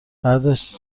بعدش